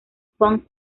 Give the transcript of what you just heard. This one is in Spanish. punk